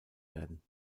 werden